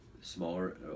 smaller